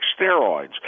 steroids